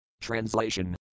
Translation